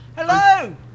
Hello